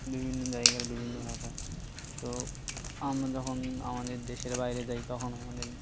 বিভিন্ন জায়গার বিভিন্ন ভাষা তো আমরা যখন আমাদের দেশের বাইরে যাই তখন আমাদের